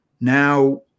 Now